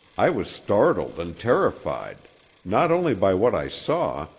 i was startled and terrified not only by what i saw,